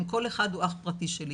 כל אחד הוא אח פרטי שלי,